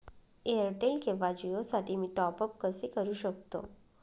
Airtel किंवा जिओसाठी मी टॉप ॲप कसे करु शकतो?